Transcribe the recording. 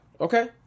okay